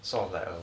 software